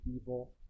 evil